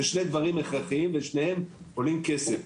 זה שני דברים הכרחיים ושניהם עולים כסף,